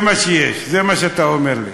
זה מה שיש, זה מה שאתה אומר לי.